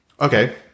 Okay